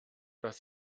dass